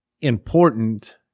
important